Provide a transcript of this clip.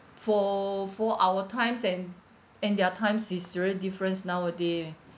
for for our times and and their times is really difference nowaday ah